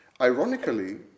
Ironically